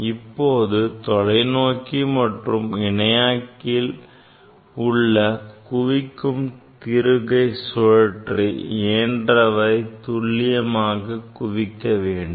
இப்போது தொலைநோக்கி மற்றும் இணையாக்கியில் உள்ள குவிக்கும் திருகை சுழற்றி இயன்றவரை துள்ளியமாக குவிக்க வேண்டும்